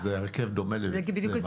אבל זה הרכב דומה למג"ב,